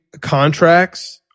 contracts